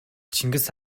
чингис